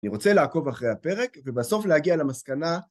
אני רוצה לעקוב אחרי הפרק, ובסוף להגיע למסקנה.